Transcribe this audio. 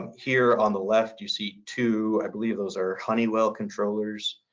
here on the left, you see two i believe those are honeywell controllers